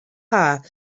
her